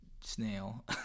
snail